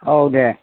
औ दे